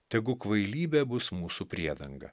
tegu kvailybė bus mūsų priedanga